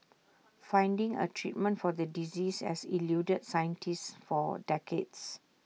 finding A treatment for the disease has eluded scientists for decades